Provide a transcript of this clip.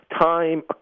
time